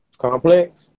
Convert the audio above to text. Complex